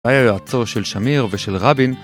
היה יועצו של שמיר ושל רבין